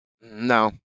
No